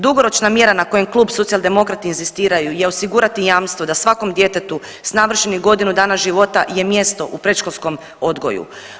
Dugoročna mjera na kojoj Klub Socijaldemokrati inzistiraju je osigurati jamstvo da svakom djetetu s navršenih godinu dana života je mjesto u predškolskom odgoju.